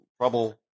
trouble